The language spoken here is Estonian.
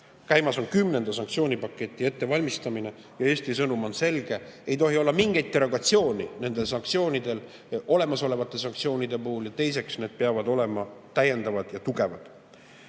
Käimas on kümnenda sanktsioonipaketi ettevalmistamine ja Eesti sõnum on selge: ei tohi olla mingit derogatsiooni nende olemasolevate sanktsioonide puhul, ja teiseks, need peavad olema täiendavad ja tugevad.